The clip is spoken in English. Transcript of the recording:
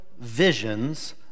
visions